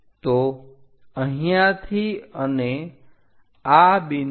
તો અહીંયાથી અને આ બિંદુ છે